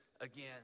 again